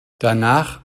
danach